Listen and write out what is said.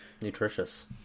nutritious